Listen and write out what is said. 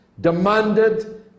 demanded